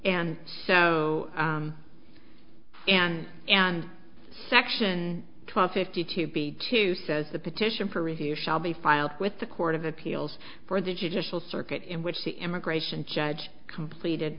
and so and and section twelve fifty two b two says the petition for review shall be filed with the court of appeals for the judicial circuit in which the immigration judge completed